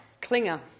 Klinger